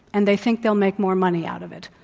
and they think they'll make more money out of it.